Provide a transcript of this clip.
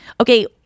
okay